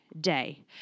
day